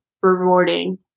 rewarding